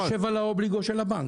וזה יושב על האובליגו של הבנק.